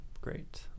great